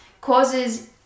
causes